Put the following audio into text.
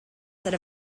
that